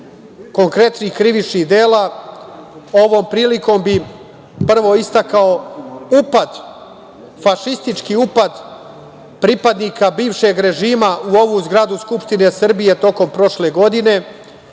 konkretnih krivičnih dela, ovom prilikom bih prvo istakao upad, fašistički upad pripadnika bivšeg režima u ovu zgradu Skupštine Srbije tokom prošle godine.